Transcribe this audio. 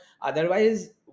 otherwise